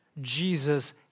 Jesus